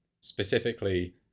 specifically